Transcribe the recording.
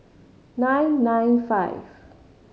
nine nine five